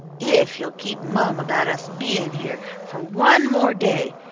if you'll keep mum about us being here for one more day.